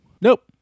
Nope